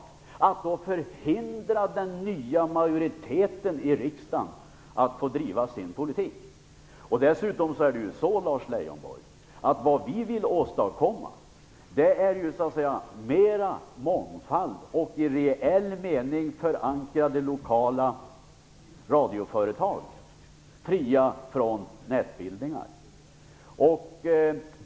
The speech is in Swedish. Jag tycker uppriktigt sagt att det är ett rent missbruk att då förhindra att den nya majoriteten i riksdagen får driva sin politik. Dessutom är det så, Lars Leijonborg, att det vi vill åstadkomma är mer mångfald och i reell mening lokalt förankrade radioföretag som är fria från nätbildningar.